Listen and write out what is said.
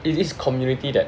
is this community that